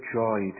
joy